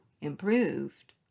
improved